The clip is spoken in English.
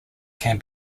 can